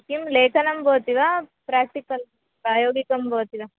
किं लेखनं भवति वा प्राक्टिकल् प्रायोगिकं भवति वा